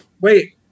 Wait